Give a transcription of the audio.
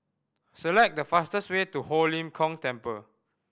select the fastest way to Ho Lim Kong Temple